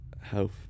health